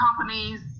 companies